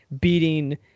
beating